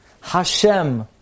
Hashem